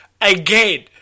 again